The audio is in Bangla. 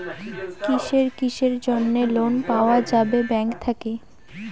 কিসের কিসের জন্যে লোন পাওয়া যাবে ব্যাংক থাকি?